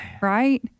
Right